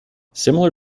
similar